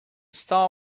star